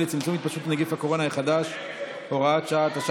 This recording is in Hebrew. לצמצום התפשטות נגף הקורונה החדש (הוראת שעה),